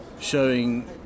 showing